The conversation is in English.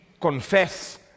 confess